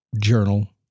Journal